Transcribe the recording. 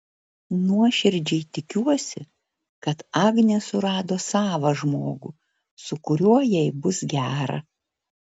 nuoširdžiai tikiuosi kad agnė surado savą žmogų su kuriuo jai bus gera